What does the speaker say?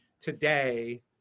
today